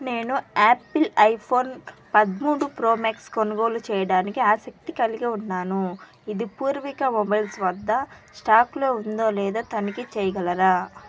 నేను Apple iPhone పదమూడు Pro Max కొనుగోలు చేయడానికి ఆసక్తి కలిగి ఉన్నాను ఇది పూర్విక మొబైల్స్ వద్ద స్టాక్లో ఉందో లేదో తనిఖీ చేయగలరా